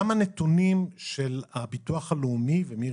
גם הנתונים של הביטוח הלאומי ומירי